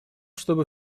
чтобы